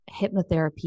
hypnotherapy